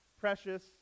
precious